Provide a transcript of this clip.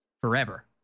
forever